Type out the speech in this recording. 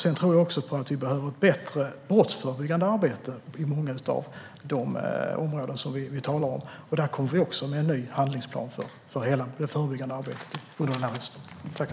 Jag tror även att vi behöver bättre brottsförebyggande arbete i många av de områden som vi talar om, och vi kommer med en ny handlingsplan för hela detta förebyggande arbete under hösten.